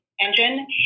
engine